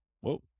Whoa